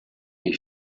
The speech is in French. est